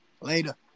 later